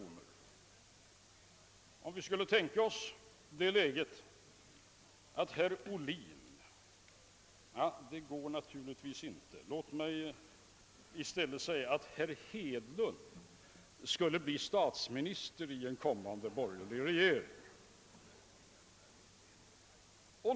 Vi kan kanske för ett ögonblick tänka oss det läget att herr Ohlin — nej, det går naturligtvis inte — låt mig i stället säga att herr Hedlund skulle bli statsminister i en kommande borgerlig regering.